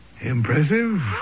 Impressive